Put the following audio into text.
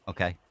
Okay